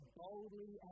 boldly